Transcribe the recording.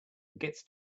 gets